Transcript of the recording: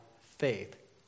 faith